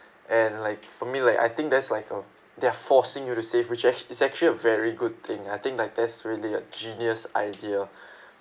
and like for me like I think that's like a they're forcing you to save which act~ is actually a very good thing I think like that's really a genius idea